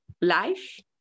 life